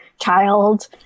child